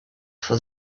for